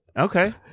Okay